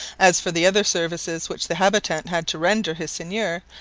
as for the other services which the habitant had to render his seigneur,